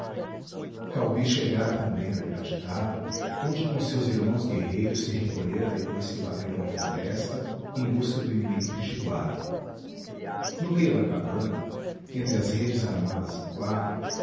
caubi chegara também da grande taba onde com seus irmãos guerreiros se recolhera depois que bateram a floresta em busca do inimigo pitiguara no meio da cabana entre as redes armadas em quadro